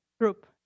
group